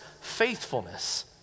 faithfulness